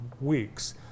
weeks